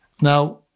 Now